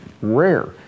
rare